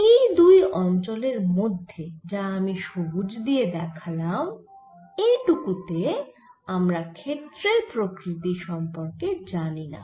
এই দুই অঞ্চলের মধ্যে যা আমি সবুজ দিয়ে দেখালাম এই টূকু তে আমরা ক্ষেত্রের প্রকৃতি সম্পর্কে জানিনা